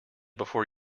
before